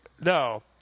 No